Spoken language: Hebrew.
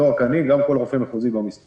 זה לא רק אני, גם כל רופא מחוזי במשרד.